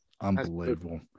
Unbelievable